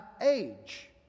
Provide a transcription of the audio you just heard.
age